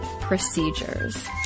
procedures